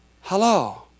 Hello